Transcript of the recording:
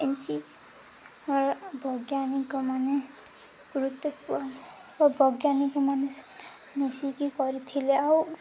ଏମିତିର ବୈଜ୍ଞାନିକ ମାନେ ଗୁରୁତ୍ୱ ଓ ବୈଜ୍ଞାନିକ ମାନେ ମିଶିକି କରିଥିଲେ ଆଉ